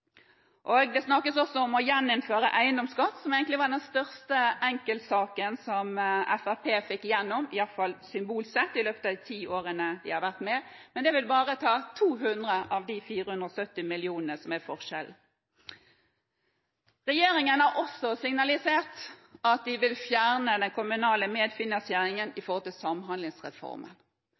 Det snakkes også om å gjeninnføre eiendomsskatt, som egentlig er den største enkeltsaken som Fremskrittspartiet har fått igjennom, i alle fall symbolsk sett, i løpet av de ti årene de har vært med. Men det vil bare utgjøre 200 mill. kr av de 470 mill. kr som er forskjellen. Regjeringen har også signalisert at de vil fjerne den kommunale medfinansieringen